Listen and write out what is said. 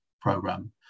program